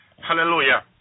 hallelujah